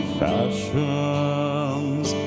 fashions